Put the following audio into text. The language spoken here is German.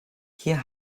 hier